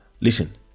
listen